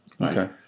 Okay